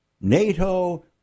NATO